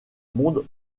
monde